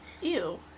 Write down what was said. Ew